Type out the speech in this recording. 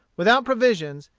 without provisions,